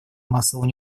массового